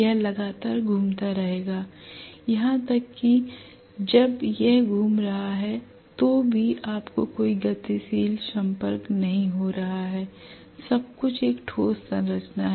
यह लगातार घूमता रहेगा यहां तक कि जब यह घूम रहा है तो भी आपको कोई गतिशील संपर्क नहीं हो रहा है सब कुछ एक ठोस संरचना है